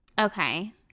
Okay